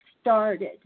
started